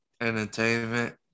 entertainment